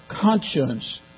conscience